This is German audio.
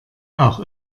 auch